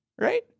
Right